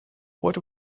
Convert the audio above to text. what